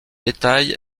détail